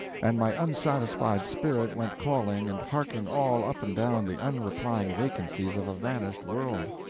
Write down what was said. and my unsatisfied spirit went calling and harking all up and down the unreplying vacancies of a vanished world.